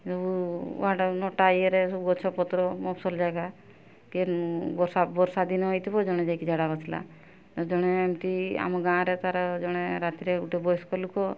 ଇଏରେ ସବୁ ଗଛ ପତ୍ର ମଫସଲ୍ ଜାଗା କେ ବର୍ଷା ବର୍ଷା ଦିନ ହେଇଥିବ ଜଣେ ଯାଇକି ଝାଡ଼ା ବସିଲା ଆଉ ଜଣେ ଏମିତି ଆମ ଗାଁରେ ତା'ର ଜଣେ ରାତିରେ ଗୋଟେ ବୟସ୍କ ଲୋକ